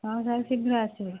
ହଁ ସାର୍ ଶୀଘ୍ର ଆସିବେ